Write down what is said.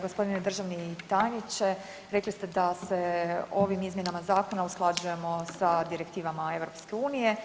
Gospodine državni tajniče rekli ste da se ovim izmjena zakona usklađujemo sa direktivama EU.